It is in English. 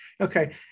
okay